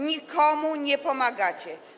Nikomu nie pomagacie.